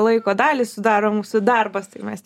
laiko dalį sudaro mūsų darbas tai mes